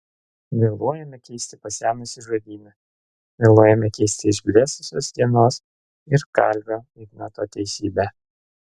vėluojame keisti pasenusį žodyną vėluojame keisti išblėsusios dienos ir kalvio ignoto teisybę